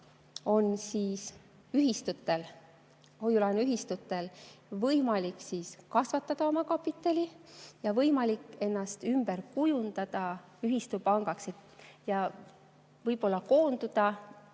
hoiu-laenuühistutel võimalik kasvatada omakapitali ja võimalik ennast ümber kujundada ühistupangaks ja võib-olla koonduda.